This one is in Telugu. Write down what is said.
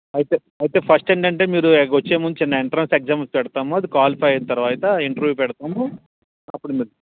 అయితే అవ్తేయి ఫస్ట్ ఏంటంటే మీరు ఎ వచ్చే ముందు చిన్న ఎంట్రన్స్ ఎగ్జామ్ పెడ్తాము అది క్వాలిఫై అయిన్ తరువాత ఇంటర్వ్యూ పెడతాము అప్పుడు మీరు